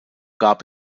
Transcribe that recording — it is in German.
gab